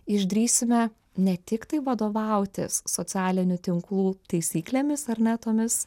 išdrįsime ne tik tai vadovautis socialinių tinklų taisyklėmis ar ne tomis